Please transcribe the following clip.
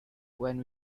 when